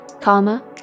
Karma